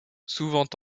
souvent